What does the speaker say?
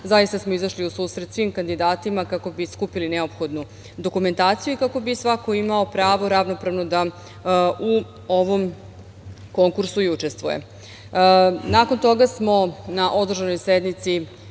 Zaista smo izašli u susret svim kandidatima kako bi skupili neophodnu dokumentaciju i kako bi svako imao pravo ravnopravno da u ovom konkursu i učestvuje. Nakon toga smo na održanoj sednici